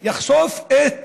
סמוטריץ יחשוף את